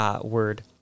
word